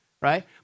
Right